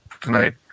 tonight